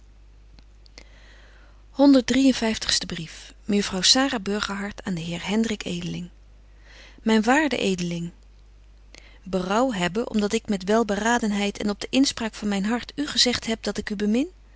vyftigste brief mejuffrouw sara burgerhart aan den heer hendrik edeling myn waarde edeling berouw hebben om dat ik met welberadenheid en op de inspraak van myn hart u gezegt heb dat ik u bemin